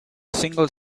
single